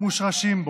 מושרשים בו.